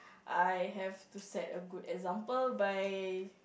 I have to set a good example by